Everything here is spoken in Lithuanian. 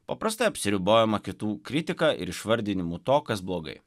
paprastai apsiribojama kitų kritika ir išvardinimu to kas blogai